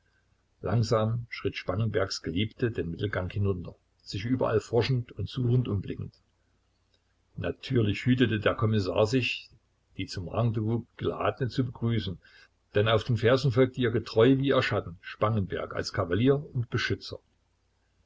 langsam schritt spangenbergs geliebte den mittelgang hinunter sich überall forschend und suchend umblickend natürlich hütete der kommissar sich die zum rendezvous geladene zu begrüßen denn auf den fersen folgte ihr getreu wie ihr schatten spangenberg als kavalier und beschützer